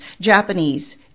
Japanese